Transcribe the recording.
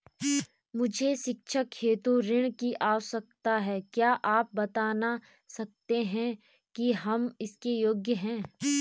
मुझे शैक्षिक हेतु ऋण की आवश्यकता है क्या आप बताना सकते हैं कि हम इसके योग्य हैं?